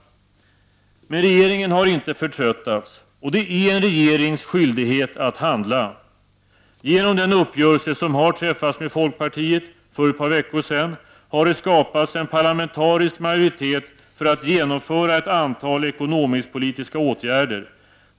Men regeringen har inte förtröttats. Och det är en regerings skyldighet att handla. Genom den uppgörelse som har träffats med folkpartiet för ett par veckor sedan har det skapats en parlamentarisk majoritet för att ett antal ekonomisk-politiska åtgärder skall kunna genomföras.